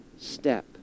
step